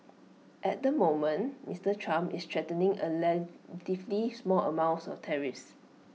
at the moment Mister Trump is threatening A small amounts of tariffs